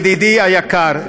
ידידי היקר,